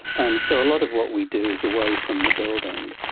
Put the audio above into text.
and so a lot of what we do is away from the building,